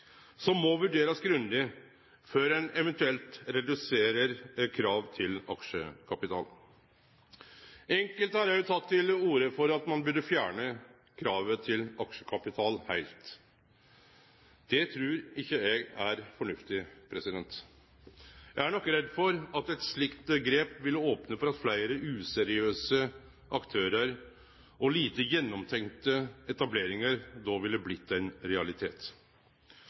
som må vurderast grundig, før ein eventuelt reduserer krav til aksjekapital. Enkelte har også teke til orde for at ein burde fjerne kravet til aksjekapital heilt. Det trur ikkje eg er fornuftig. Eg er nok redd for at eit slikt grep ville opne for fleire useriøse aktørar, og at lite gjennomtenkte etableringar då ville blitt ein realitet.